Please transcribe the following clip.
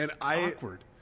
awkward